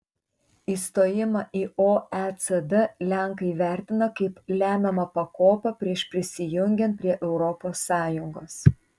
įstojimą į oecd lenkai vertina kaip lemiamą pakopą prieš prisijungiant prie europos sąjungos